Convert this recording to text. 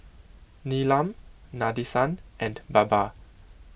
Neelam Nadesan and Baba